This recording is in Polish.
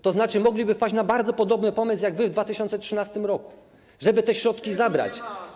To znaczy mogliby wpaść na bardzo podobny pomysł jak wy w 2013 r., żeby te środki zabrać.